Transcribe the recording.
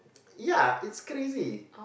ya it's crazy